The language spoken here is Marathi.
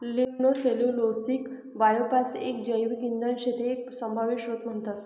लिग्नोसेल्यूलोसिक बायोमास एक जैविक इंधन शे ते एक सभव्य स्त्रोत म्हणतस